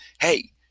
hey